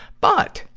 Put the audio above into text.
but,